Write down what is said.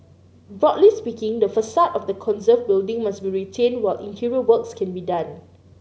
broadly speaking the facade of the conserved building must be retained while interior works can be done